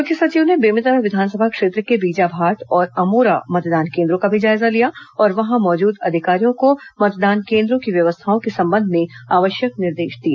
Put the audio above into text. मुख्य सचिव ने बेमेतरा विधानसभा क्षेत्र के बीजाभाट और अमोरा मतदान केंद्रों का भी जायजा लिया और वहां मौजूद अधिकारियों को मतदान केंद्रों की व्यवस्थाओं के संबंध में आवश्यक निर्देश दिए